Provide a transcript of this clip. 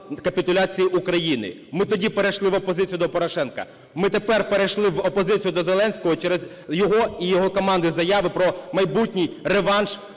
капітуляції України. Ми тоді перейшли в опозицію до Порошенка. Ми тепер перейшли в опозицію до Зеленського через його і його команди заяви про майбутній реванш